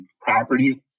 property